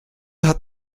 hat